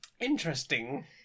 Interesting